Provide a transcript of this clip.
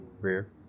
rear